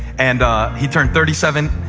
and ah he turns thirty seven